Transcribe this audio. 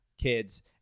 kids